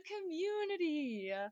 community